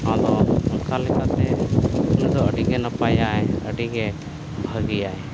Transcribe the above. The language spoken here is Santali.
ᱟᱫᱚ ᱚᱱᱠᱟ ᱞᱮᱠᱟᱛᱮ ᱩᱱᱤ ᱫᱚ ᱟᱹᱰᱤᱜᱮ ᱱᱟᱯᱟᱭᱟᱭ ᱟᱹᱰᱤ ᱜᱮ ᱵᱷᱟᱹᱜᱤᱭᱟᱭ